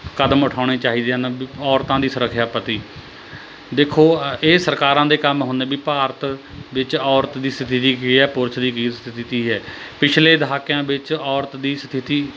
ਕਦਮ ਉਠਾਉਣੇ ਚਾਹੀਦੇ ਹਨ ਵੀ ਔਰਤਾਂ ਦੀ ਸੁਰੱਖਿਆ ਪ੍ਰਤੀ ਦੇਖੋ ਇਹ ਸਰਕਾਰਾਂ ਦੇ ਕੰਮ ਹੁੰਦੇ ਵੀ ਭਾਰਤ ਵਿੱਚ ਔਰਤ ਦੀ ਸਥਿਤੀ ਕੀ ਹੈ ਪੁਰਸ਼ ਦੀ ਕੀ ਸਥਿਤੀ ਹੈ ਪਿਛਲੇ ਦਹਾਕਿਆਂ ਵਿੱਚ ਔਰਤ ਦੀ ਸਥਿਤੀ